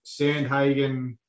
Sandhagen